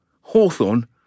Hawthorne